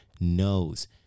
knows